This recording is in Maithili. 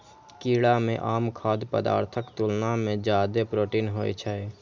कीड़ा मे आम खाद्य पदार्थक तुलना मे जादे प्रोटीन होइ छै